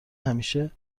همیشه